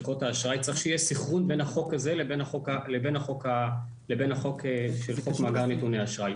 צריך שיהיה סנכרון בין החוק הזה לבין חוק מאגר נתוני אשראי.